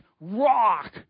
rock